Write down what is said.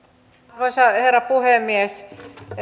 arvoisa herra puhemies